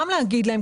גם לומר לו.